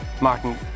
Martin